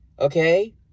Okay